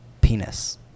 penis